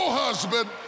husband